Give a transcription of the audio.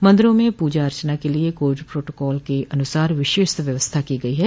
मंदिरों में पूजा अर्चना के लिये कोविड प्रोटोकॉल के अनुसार विशेष व्यवस्था की गई है